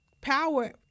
power